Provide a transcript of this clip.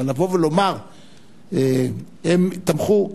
אבל לבוא ולומר "הם תמכו".